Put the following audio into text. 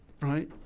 Right